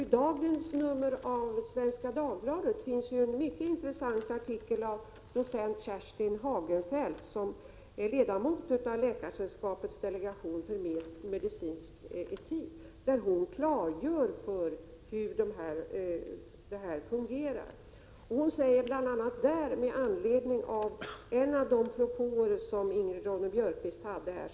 I dagens nummer av Svenska Dagbladet finns en mycket intressant artikel av docent Kerstin Hagenfeldt, som är ledamot av Läkaresällskapets delegation för medicinsk etik. Hon klargör i artikeln för hur detta fungerar. Hon berör bl.a. en av de propåer som Ingrid Ronne-Björkqvist har tagit upp.